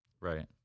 right